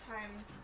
time